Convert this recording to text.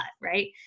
right